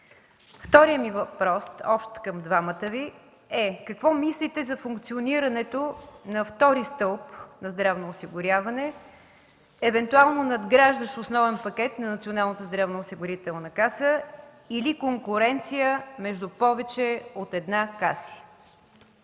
Вторият ми общ въпрос към двамата Ви е: какво мислите за функционирането на втори стълб на здравното осигуряване, евентуално надграждащ основен пакет на Националната здравноосигурителна каса или конкуренция между повече от една каси?